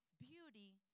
Beauty